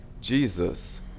Jesus